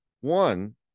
one